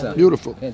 beautiful